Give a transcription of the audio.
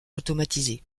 automatisé